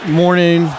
morning